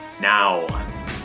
now